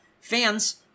fans